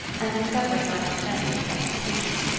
and discovery might prevent its execution.